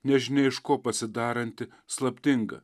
nežinia iš ko pasidaranti slaptinga